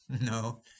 No